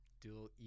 dual